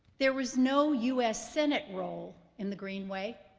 there was no u s. senate role in the greenway,